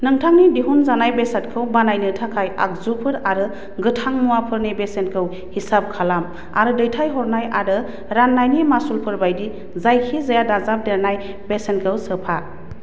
नोंथांनि दिहुनजानाय बेसादखौ बानायनो थाखाय आगजुफोर आरो गोथां मुवाफोरनि बेसेनखौ हिसाब खालाम आरो दैथाइहरनाय आरो राननायनि मासुलफोर बायदि जायखिजाया दाजाबदेरनाइ बेसेनखौ सोफा